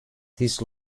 this